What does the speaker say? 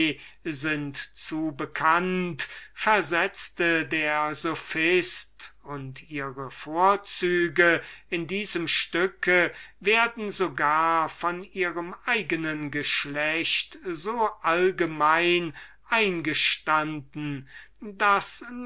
sind zu bekannt versetzte der sophist und ihre vorzüge in diesem stücke werden sogar von ihrem eigenen geschlecht so allgemein eingestanden daß